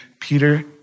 Peter